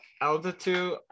altitude